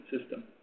system